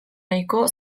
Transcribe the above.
nahiko